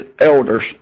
elders